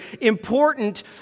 important